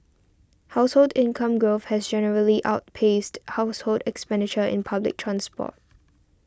household income growth has generally outpaced household expenditure in public transport